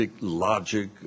logic